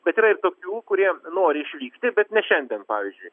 bet yra ir tokių kurie nori išvykti bet ne šiandien pavyzdžiui